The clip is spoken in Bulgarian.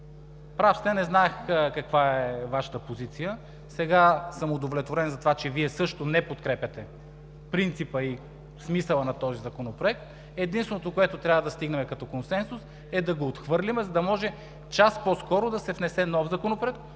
прав сте, не знаех каква е Вашата позиция, сега съм удовлетворен от това, че Вие също не подкрепяте принципа и смисъла на този законопроект. Единственото, което трябва да постигнем като консенсус, е да го отхвърлим, за да може час по-скоро да се внесе нов законопроект,